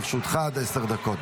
לרשותך עד עשר דקות.